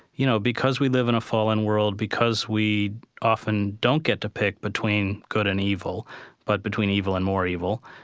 you know? because we live in a fallen world, because we often don't get to pick between good and evil but between evil and more evil,